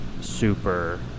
super